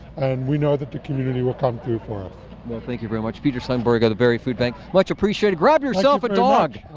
and we know that the community will come through for us. kc well thank you very much. peter sunberg of the barrie food bank, much appreciated. grab yourself a dog!